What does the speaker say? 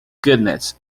goodness